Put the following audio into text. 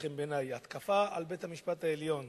חן בעיני: התקפה על בית-המשפט העליון.